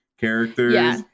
characters